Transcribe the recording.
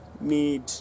need